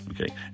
Okay